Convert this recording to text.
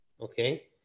okay